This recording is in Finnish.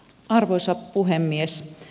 arvoisa puhemies